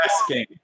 asking